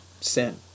sin